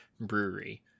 brewery